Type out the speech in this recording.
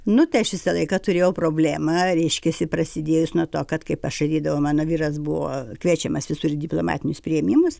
nu tai aš visą laiką turėjau problemą reiškiasi prasidėjus nuo to kad kaip aš ateidavau mano vyras buvo kviečiamas visur į diplomatinius priėmimus